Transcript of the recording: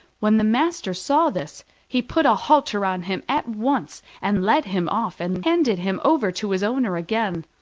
when the master saw this he put a halter on him at once, and led him off and handed him over to his owner again.